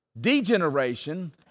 degeneration